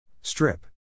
Strip